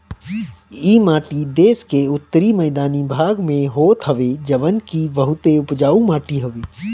इ माटी देस के उत्तरी मैदानी भाग में होत हवे जवन की बहुते उपजाऊ माटी हवे